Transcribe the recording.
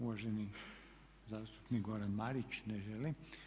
Uvaženi zastupnik Goran Marić ne želi.